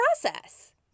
process